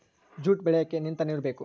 jute ಬೆಳಿಯಕ್ಕೆ ನಿಂತ ನೀರು ಬೇಕು